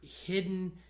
hidden